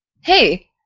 Hey